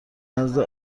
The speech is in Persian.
نزد